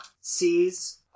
sees